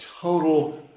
total